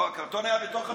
לא, הקרטון היה בתוך המספרה.